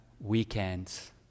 weekends